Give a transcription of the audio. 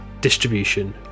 distribution